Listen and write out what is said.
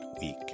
week